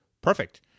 Perfect